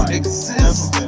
exist